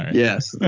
yes.